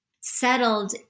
settled